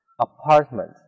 apartment